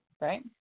right